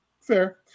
Fair